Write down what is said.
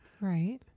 Right